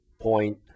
point